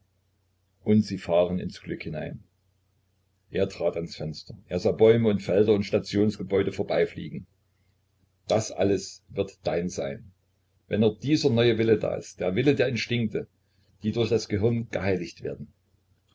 und sie fahren ins glück hinein er trat ans fenster er sah bäume und felder und stationsgebäude vorüberfliegen das alles wird dein sein wenn nur dieser neue wille da ist der wille der instinkte die durch das gehirn geheiligt werden